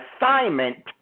assignment